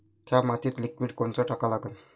थ्या मातीत लिक्विड कोनचं टाका लागन?